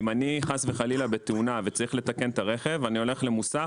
אם אני חס וחלילה בתאונה וצריך לתקן את הרכב אני הולך למוסך,